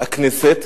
הכנסת,